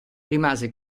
rimase